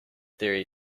theory